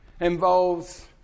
involves